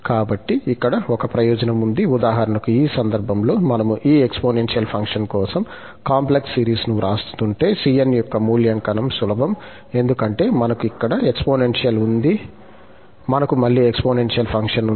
కాబట్టి ఇక్కడ ఒక ప్రయోజనం ఉంది ఉదాహరణకు ఈ సందర్భంలో మనము ఈ ఎక్స్పోనెన్షియల్ ఫంక్షన్ కోసం కాంప్లెక్స్ సిరీస్ను వ్రాస్తుంటే cn యొక్క మూల్యాంకనం సులభం ఎందుకంటే మనకు ఇక్కడ ఎక్స్పోనెన్షియల్ ఉంది మరియు మనకు మళ్ళీ ఎక్స్పోనెన్షియల్ ఫంక్షన్ ఉంది